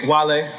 Wale